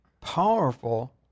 powerful